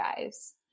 guys